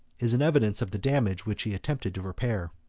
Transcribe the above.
is an evidence of the damage which he attempted to repair.